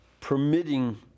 permitting